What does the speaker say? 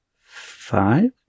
Five